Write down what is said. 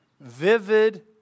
vivid